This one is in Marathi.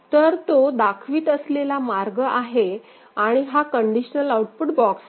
तर तो दाखवित असलेला मार्ग आहे आणि हा कंडिशनल आउटपुट बॉक्स आहे